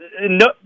no